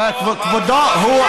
כבודו הוא,